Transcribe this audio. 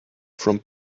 from